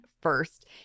first